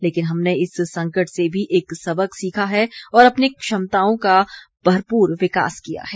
लेकिन हमने इस संकट से भी एक सबक सीखा है और अपनी क्षमताओं का भरपूर विकास किया है